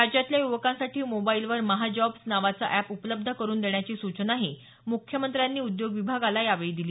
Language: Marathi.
राज्यातल्या युवकांसाठी मोबाईलवर महाजॉब्स नावाचे अॅप उपलब्ध करून देण्याची सुचनाही मुख्यमंत्र्यांनी उद्योग विभागाला यावेळी दिली